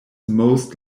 most